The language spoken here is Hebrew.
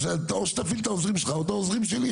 אז או שתפעיל את העוזרים שלך או את העוזרים שלי,